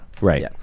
right